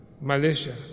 Malaysia